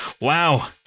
wow